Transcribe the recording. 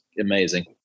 amazing